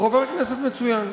הוא חבר כנסת מצוין.